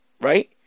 Right